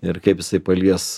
ir kaip jisai palies